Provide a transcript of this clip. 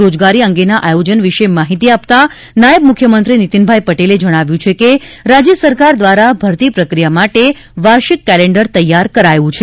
રોજગારી અંગેના આયોજન વિશે માહીતી આપતા નાયબ મુખ્યમંત્રીશ્રી નીતીનભાઇ પટેલે જજ્ઞાવ્યું છે કે રાજય સરકાર દ્વારા ભરતી પ્રક્રિયા માટે વાર્ષિક કેલેન્ડર તેયાર કરાયું છે